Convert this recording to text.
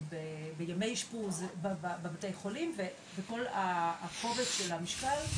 בימי אשפוז בבתי חולים וכל הכובד של המשקל,